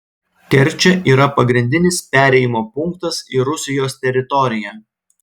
kerčė yra pagrindinis perėjimo punktas į rusijos teritoriją